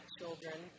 children